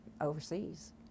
overseas